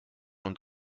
und